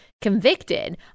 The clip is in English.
convicted